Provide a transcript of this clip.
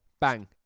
bang